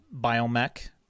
Biomech